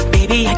Baby